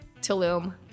Tulum